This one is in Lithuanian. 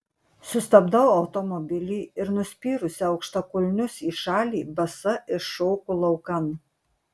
sustabdau automobilį ir nuspyrusi aukštakulnius į šalį basa iššoku laukan